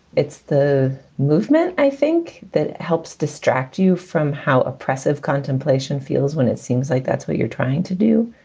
it's the movement. i think that helps distract you from how oppressive contemplation feels when it seems like that's what you're trying to do.